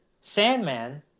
Sandman